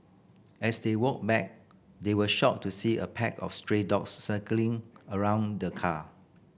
as they walked back they were shocked to see a pack of stray dogs circling around the car